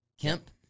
Kemp